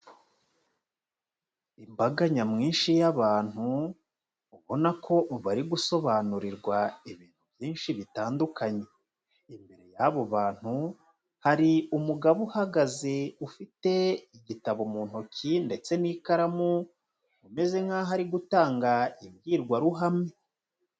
Imbaga nyamwinshi y'abantu, ubona ko bari gusobanurirwa ibintu byinshi bitandukanye, imbere y'abo bantu, hari umugabo uhagaze ufite igitabo mu ntoki ndetse n'ikaramu, umeze nk'aho ari gutanga imbwirwaruhame.